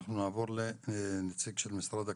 אנחנו נעבור לנציג של משרד הכלכלה.